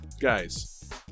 guys